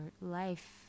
life